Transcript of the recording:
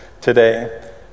today